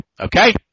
Okay